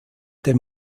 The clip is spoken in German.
dem